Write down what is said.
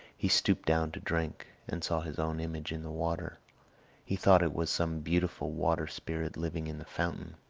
he stooped down to drink, and saw his own image in the water he thought it was some beautiful water-spirit living in the fountain.